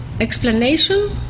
Explanation